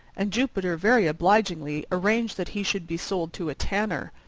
and jupiter very obligingly arranged that he should be sold to a tanner.